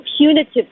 punitive